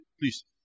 please